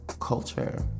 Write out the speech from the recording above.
culture